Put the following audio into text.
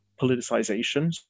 politicization